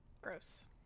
gross